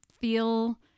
feel